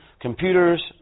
computers